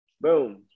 Boom